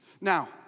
Now